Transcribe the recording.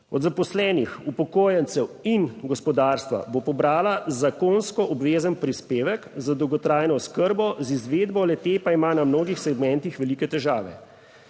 od zaposlenih, upokojencev in gospodarstva bo pobrala zakonsko obvezen prispevek za dolgotrajno oskrbo, z izvedbo le-te pa ima na mnogih segmentih velike težave.